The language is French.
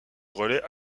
relais